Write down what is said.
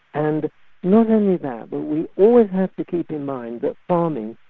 and not only that, but we always have to keep in mind that farming,